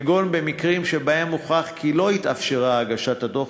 כגון במקרים שבהם הוכח כי לא התאפשרה הגשת הדוח,